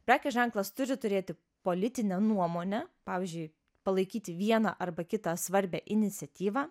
prekės ženklas turi turėti politinę nuomonę pavyzdžiui palaikyti vieną arba kitą svarbią iniciatyvą